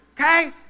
Okay